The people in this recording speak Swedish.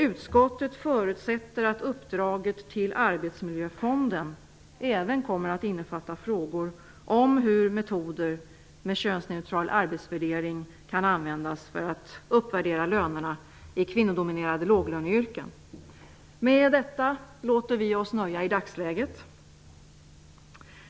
Utskottet förutsätter att uppdraget till Arbetsmiljöfonden även kommer att innefatta frågor om hur metoder med könsneutral arbetsvärdering kan användas för att uppvärdera lönerna i kvinnodominerade låglöneyrken. Med detta låter vi oss nöja i dagsläget.